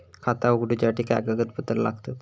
खाता उगडूच्यासाठी काय कागदपत्रा लागतत?